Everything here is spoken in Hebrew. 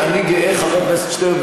חבר הכנסת שטרן,